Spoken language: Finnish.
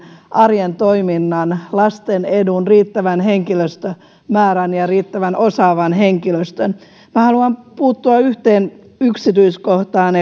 arjen toiminnan lasten edun riittävän henkilöstömäärän ja riittävän osaavan henkilöstön minä haluan puuttua yhteen yksityiskohtaan